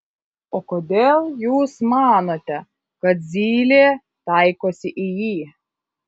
o kodėl jūs manote kad zylė taikosi į jį